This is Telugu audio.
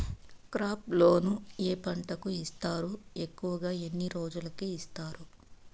క్రాప్ లోను ఏ పంటలకు ఇస్తారు ఎక్కువగా ఎన్ని రోజులకి ఇస్తారు